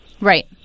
Right